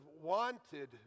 wanted